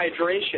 hydration